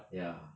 ya